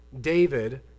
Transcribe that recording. David